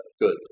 good